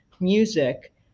music